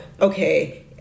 okay